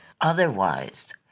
Otherwise